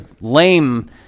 Lame